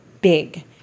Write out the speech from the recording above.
big